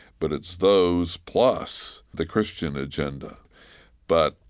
but it's those plus the christian agenda but,